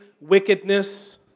wickedness